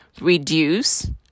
reduce